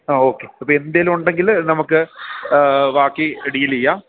ആ ഓക്കെ അപ്പം എന്തെങ്കിലും ഉണ്ടെങ്കിൽ നമുക്ക് ബാക്കി ഡീൽ ചെയ്യാം